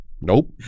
nope